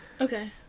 Okay